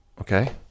Okay